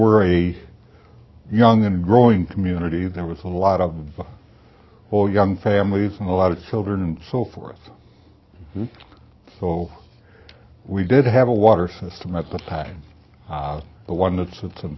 were a young and growing community there was a lot of well young families and a lot of children and so forth so we did have a water system that's besides the one that sits on